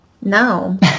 No